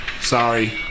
Sorry